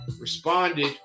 responded